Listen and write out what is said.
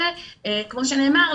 וכמו שנאמר,